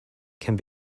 can